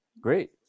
Great